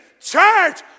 church